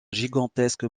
gigantesque